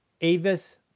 Avis